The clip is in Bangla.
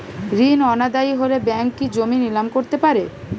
ঋণ অনাদায়ি হলে ব্যাঙ্ক কি জমি নিলাম করতে পারে?